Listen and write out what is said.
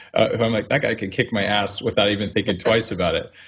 i'm like, that guy can kick my ass without even thinking twice about it.